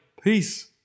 Peace